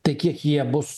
tai kiek jie bus